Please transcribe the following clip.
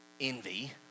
envy